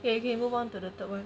okay can move on to the third [one]